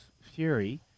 Fury